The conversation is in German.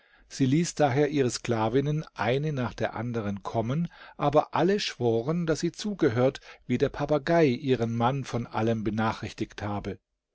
sie ließ daher ihre sklavinnen eine nach der anderen kommen aber alle schworen daß sie zugehört wie der papagei ihren mann von allem benachrichtigt habe